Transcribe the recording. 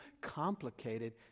complicated